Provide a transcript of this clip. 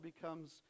becomes